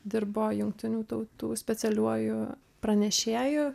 dirbo jungtinių tautų specialiuoju pranešėju